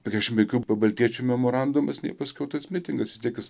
keturiasdešimt penkių pabaltijiečių memorandumas nei paskiau tas mitingas vis tiek jis